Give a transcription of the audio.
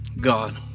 God